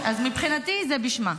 אז מבחינתי זה בשמה.